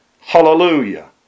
Hallelujah